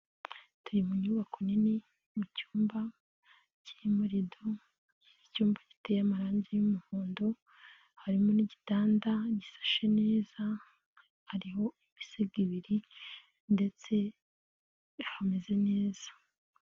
Turi mu nyubako nini mu cyumba kirimo rido ,icyumba giteye amarangi y'umuhondo, harimo n'igitanda gishashe neza, hariho imisego ibiri ndetse hameze neza.